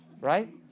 right